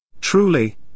Truly